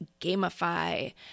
gamify